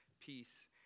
peace